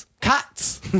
Cats